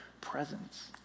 presence